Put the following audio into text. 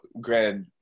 granted